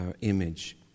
image